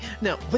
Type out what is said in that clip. now